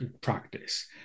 practice